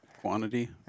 Quantity